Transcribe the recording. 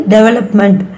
Development